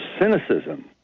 cynicism